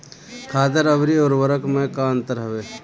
खादर अवरी उर्वरक मैं का अंतर हवे?